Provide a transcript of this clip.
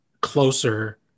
closer